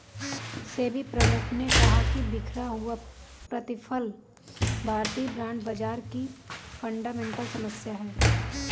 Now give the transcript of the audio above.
सेबी प्रमुख ने कहा कि बिखरा हुआ प्रतिफल भारतीय बॉन्ड बाजार की फंडामेंटल समस्या है